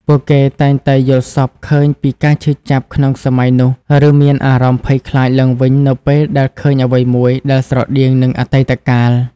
ពួកគេតែងតែយល់សប្តិឃើញពីការឈឺចាប់ក្នុងសម័យនោះ ឬមានអារម្មណ៍ភ័យខ្លាចឡើងវិញនៅពេលដែលឃើញអ្វីមួយដែលស្រដៀងនឹងអតីតកាល។